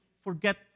forget